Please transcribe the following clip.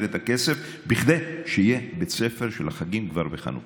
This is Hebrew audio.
את הכסף כדי שיהיה בית ספר של החגים כבר בחנוכה.